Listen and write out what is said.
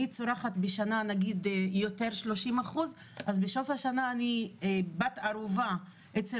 אני צורכת בשנה נגיד יותר 30% אז בסוף השנה אני בת ערובה אצל